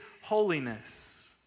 holiness